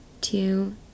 two